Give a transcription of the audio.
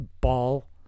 ball